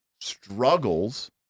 struggles